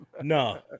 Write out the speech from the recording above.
No